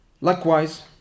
likewise